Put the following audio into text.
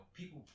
people